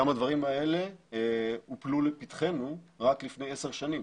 גם הדברים האלה הופלו לפתחנו רק לפני עשר שהים,